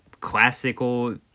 classical